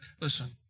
listen